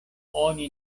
oni